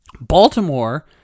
Baltimore